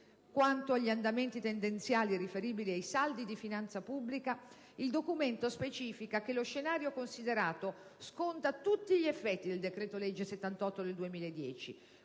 Quanto agli andamenti tendenziali riferibili ai saldi di finanza pubblica, il documento specifica che lo scenario considerato sconta tutti gli effetti del decreto-legge n. 78 del 31